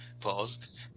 Pause